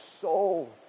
soul